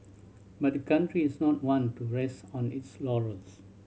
but the country is not one to rest on its laurels